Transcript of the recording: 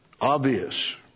obvious